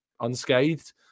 unscathed